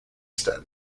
staten